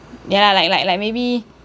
ya lah like like like maybe